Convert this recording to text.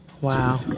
Wow